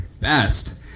best